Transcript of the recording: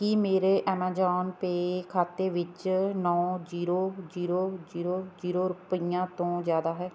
ਕੀ ਮੇਰੇ Amazon Pay ਖਾਤੇ ਵਿੱਚ ਨੌਂ ਜੀਰੋ ਜੀਰੋ ਜੀਰੋ ਜੀਰੋ ਰੁਪਈਆਂ ਤੋਂ ਜ਼ਿਆਦਾ ਹੈ